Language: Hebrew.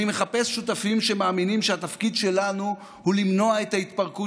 אני מחפש שותפים שמאמינים שהתפקיד שלנו הוא למנוע את ההתפרקות